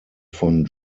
von